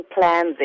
plans